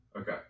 Okay